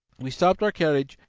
we stopped our carriage,